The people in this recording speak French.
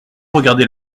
regarder